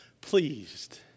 pleased